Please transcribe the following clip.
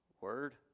Word